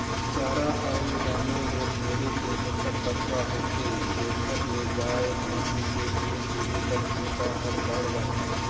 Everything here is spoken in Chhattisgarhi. चारा अउ दाना में ढेरे के पोसक तत्व होथे जेखर ले गाय, भइसी के दूद देहे कर छमता हर बायड़ जाथे